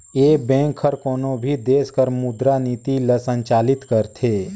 ए bank हर कोनो भी देस कर मुद्रा नीति ल संचालित करथे